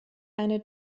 eine